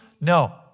No